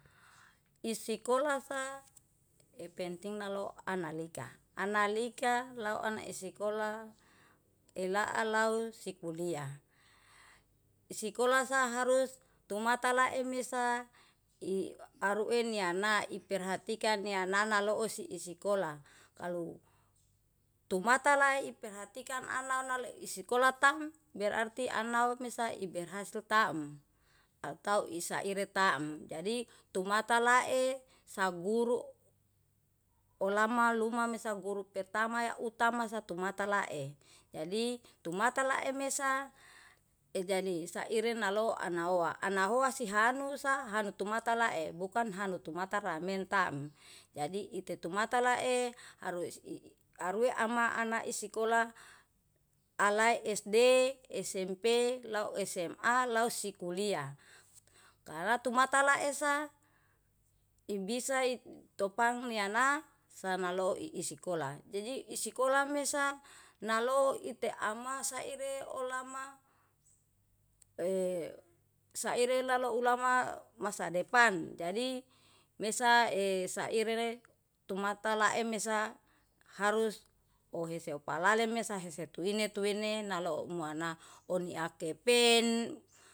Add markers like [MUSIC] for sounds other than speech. Isikola sa epenting nalo analika, analika lau ana isikola elaa lau sikulia. Isikola sa harus tumata lae mesa i aruenya na naperhatikan ni ana-ana loo si isikola kalu tumata lae i perhatikan ana-ana le isikola tam berarti anau mesa iberhasil taem atau isaire taem. jadi tumata lae saburu oalam luma mesa guru pertama utama satu mata lae, jadi tumata lae mesa e jadi saire nalo anaoa ana loa sihanusa tumata lae bukan hanu tumata ramenta taem. Jadi itu tumata lae harus i, arue ama ana isikola alae esde, esempe, lau esema, lau sikuliah. Karatumata laesa ibisae topang ni ana sa naloi isikola. Jaji isikolan mesa naloo itiama saire olama [HESITATION] saire lalou ulama masa depan. Jadi mesa e saire re tumata lae mesa harus ohese palale mesa hese tuwine- tuwine naloo umana on iakepen.